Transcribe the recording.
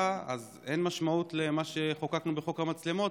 אז אין משמעות למה שחוקקנו בחוק המצלמות,